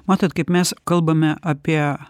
matot kaip mes kalbame apie